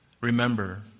Remember